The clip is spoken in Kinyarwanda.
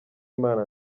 imana